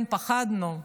כן, פחדנו.